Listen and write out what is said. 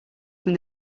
from